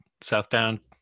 southbound